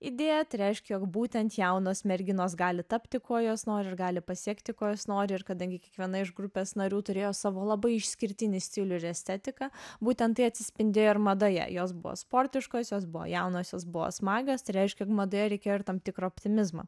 idėja reiškia jog būtent jaunos merginos gali tapti kuo jos nori ir gali pasiekti ko jos nori ir kadangi kiekviena iš grupės narių turėjo savo labai išskirtinį stilių estetiką būtent tai atsispindėjo ir madoje jos buvo sportiškosios jos buvo jaunosios jos buvo smagios tai reiškia jog madoje reikėjo ir tam tikro optimizmo